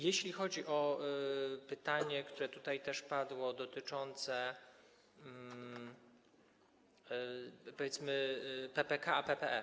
Jeśli chodzi o pytanie, której tutaj też padło, dotyczące, powiedzmy, PPK a PPE.